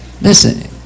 Listen